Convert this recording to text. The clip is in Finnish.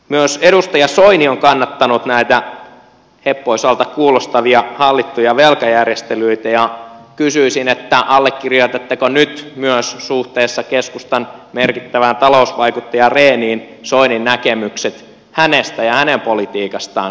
myös edustaja soini on kannattanut näitä heppoisilta kuulostavia hallittuja velkajärjestelyitä ja kysyisin allekirjoitatteko nyt myös suhteessa keskustan merkittävään talousvaikuttajaan rehniin soinin näkemykset hänestä ja hänen politiikastaan